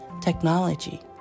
technology